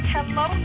Hello